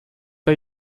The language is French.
pas